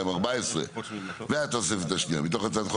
62(14) והתוספת השנייה) מתוך הצעת חוק